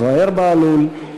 זוהיר בהלול,